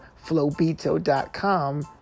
flobito.com